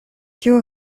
kiu